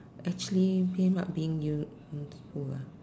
actually not being useful lah